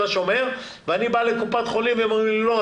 השומר ואני בא לקופת חולים והם אומרים לי 'לא,